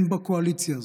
אין בקואליציה הזאת,